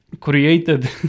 created